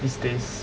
these days